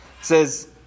says